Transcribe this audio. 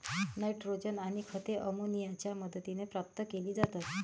nitrogen आणि खते अमोनियाच्या मदतीने प्राप्त केली जातात